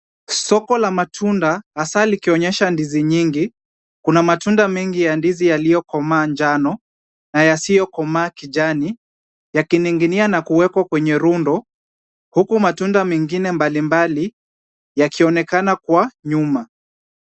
Soko la matunda hasaa likionyesha ndizi nyingi. Kuna matunda mengi ya ndizi yaliyokomaa njano na yasiyokomaa kijani, yakining'inia na kuwekwa kwenye rundo, huku matunda mengine mbalimbali, yakionekana kwa nyuma.